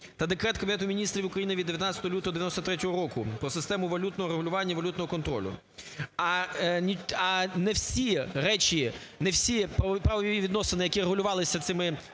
та Декрет Кабінету Міністрів України від 19 лютого 1993 року "Про систему валютного регулювання і валютного контролю". А не всі речі, не всі правові відносини, які регулювалися цими